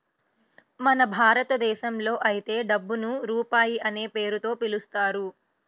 మన భారతదేశంలో అయితే డబ్బుని రూపాయి అనే పేరుతో పిలుస్తారు